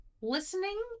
Listening